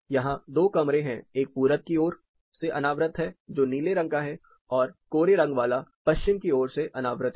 यहां 2 कमरे हैं एक पूरब की ओर से अनावृत है जो नीले रंग का है और कोरे रंग वाला पश्चिम की ओर से अनावृत है